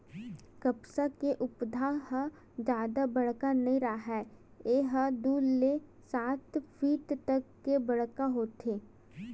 कपसा के पउधा ह जादा बड़का नइ राहय ए ह दू ले सात फीट तक के बड़का होथे